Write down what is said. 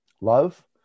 love